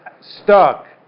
stuck